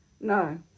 No